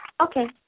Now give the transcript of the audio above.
okay